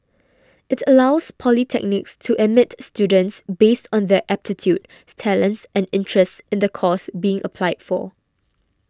it allows polytechnics to admit students based on their aptitude talents and interests in the course being applied for